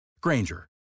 Granger